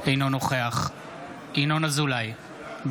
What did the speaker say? אינו נוכח ינון אזולאי,